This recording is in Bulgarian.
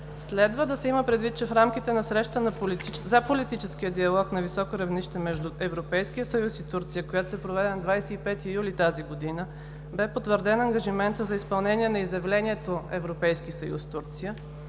следва да се има предвид, че в рамките на Срещата за политическия диалог на високо равнище между Европейския съюз и Турция, която се проведе на 25 юли тази година, бе потвърден ангажимента за изпълнение на Изявлението „Европейски съюз – Турция“